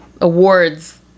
awards